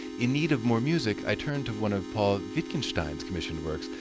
in need of more music, i turned to one of paul wittgenstein's commissioned works,